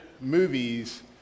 movies